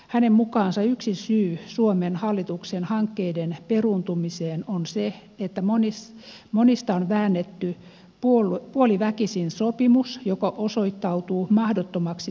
hänen mukaansa yksi syy suomen hallituksen hankkeiden peruuntumiseen on se että monista on väännetty puoliväkisin sopimus joka osoittautuu mahdottomaksi toteuttaa